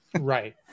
Right